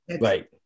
Right